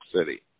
City